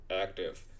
active